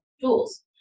tools